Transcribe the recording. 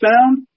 found